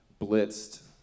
blitzed